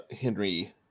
Henry